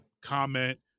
Comment